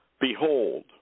Behold